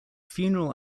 funeral